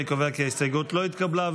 אני קובע כי ההסתייגות לא התקבלה.